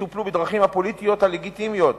שיטופלו בדרכים הפוליטיות הלגיטימיות.